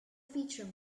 feature